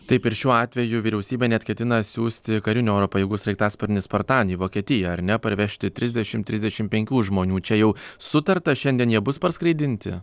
taip ir šiuo atveju vyriausybė net ketina siųsti karinių oro pajėgų sraigtasparnį spartan į vokietiją ar ne parvežti trisdešim trisdešim penkių žmonių čia jau sutarta šiandien jie bus parskraidinti